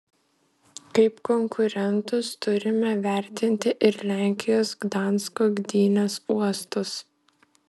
kaip konkurentus turime vertinti ir lenkijos gdansko gdynės uostus